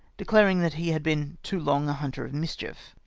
declaring that he had been too long a hunter of mischief.